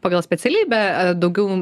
pagal specialybę daugiau